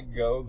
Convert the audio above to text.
go